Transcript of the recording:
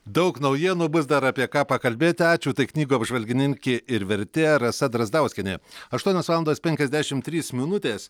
daug naujienų bus dar apie ką pakalbėti ačiū tai knygų apžvalgininkė ir vertėja rasa drazdauskienė aštuonios valandos penkiasdešimt trys minutės